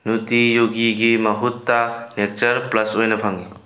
ꯅꯠꯇꯤ ꯌꯣꯒꯤꯒꯤ ꯃꯍꯨꯠꯇ nature plus ꯑꯣꯏꯅ ꯐꯪꯏ